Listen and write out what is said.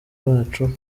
bacu